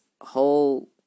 whole